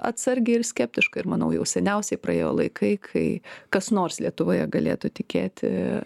atsargiai ir skeptiškai ir manau jau seniausiai praėjo laikai kai kas nors lietuvoje galėtų tikėti